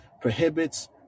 prohibits